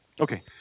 Okay